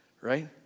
right